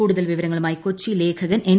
കൂടുതൽ വിവരങ്ങളുമായി കൊച്ചി ലേഖകൻ എൻ